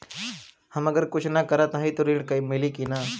हम अगर कुछ न करत हई त ऋण मिली कि ना?